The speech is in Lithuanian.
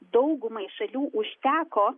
daugumai šalių užteko